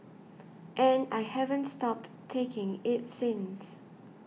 and I haven't stopped taking it since